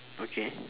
okay